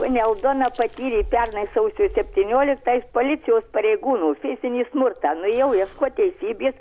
ponė aldona patyrė pernai sausio septynioliktą iš policijos pareigūnų fizinį smurtą nuėjau ieškot teisybės